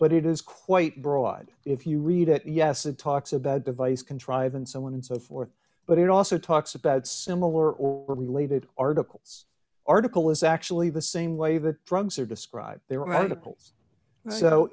but it is quite broad if you read it yes it talks about device contrive and so on and so forth but it also talks about similar or related articles article is actually the same way that drugs are described there